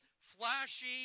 flashy